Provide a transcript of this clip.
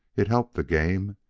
it helped the game,